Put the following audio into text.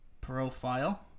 profile